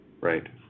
Right